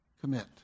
commit